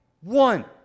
one